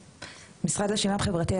היחידה לקידום להט״ב במשרד לשוויון חברתי,